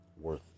worth